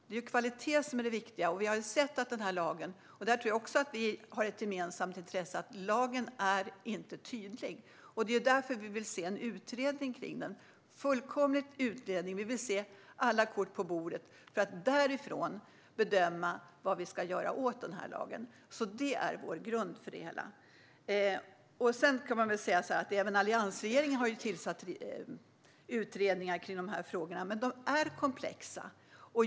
Det är kvalitet som är det viktiga, och vi har sett att den här lagen - och där tror jag också att vi har ett gemensamt intresse - inte är tydlig. Det är därför vi vill se en utredning av den. Vi vill se en fullkomlig utredning med alla kort på bordet för att utifrån det bedöma vad vi ska göra åt den här lagen. Det är vår grund för det hela. Sedan kan man väl säga att även alliansregeringen har tillsatt utredningar kring de här frågorna som är komplexa.